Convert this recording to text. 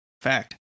fact